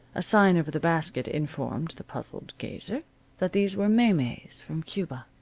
a sign over the basket informed the puzzled gazer that these were maymeys from cuba.